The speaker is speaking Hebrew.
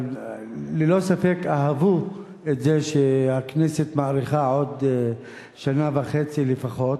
אבל ללא ספק אהבו את זה שהכנסת מאריכה עוד שנה וחצי לפחות.